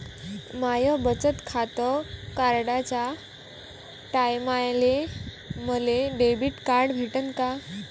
माय बचत खातं काढाच्या टायमाले मले डेबिट कार्ड भेटन का?